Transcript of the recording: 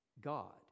God